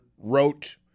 wrote